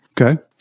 Okay